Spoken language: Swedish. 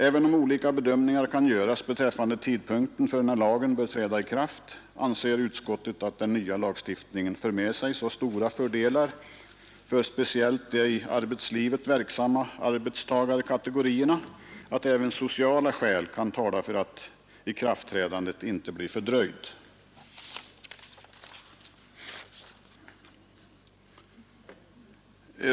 Även om olika bedömningar kan göras beträffande den lämpligaste tidpunkten för lagens ikraftträdande anser utskottet att den nya lagstiftningen har så stora fördelar för speciellt de i arbetslivet verksamma arbetstagarkategorierna att även sociala skäl talar för att ikraftträdandet inte bör fördröjas.